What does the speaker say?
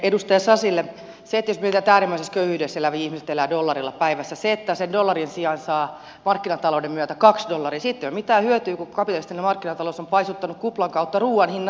jos mietitään että äärimmäisessä köyhyydessä elävät ihmiset elävät dollarilla päivässä siitä että sen dollarin sijaan saa markkinatalouden myötä kaksi dollaria ei ole mitään hyötyä kun kapitalistinen markkinatalous on paisuttanut kuplan kautta ruoan hinnan nelinkertaiseksi